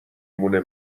مونه